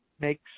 makes